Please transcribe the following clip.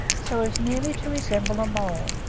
so as nearly to resemble a mole.